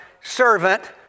servant